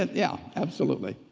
and yeah, absolutely.